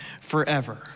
forever